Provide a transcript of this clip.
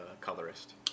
colorist